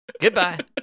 Goodbye